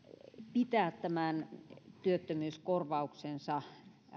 pitää työttömyyskorvauksensa